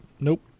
Nope